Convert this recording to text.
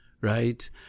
right